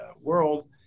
world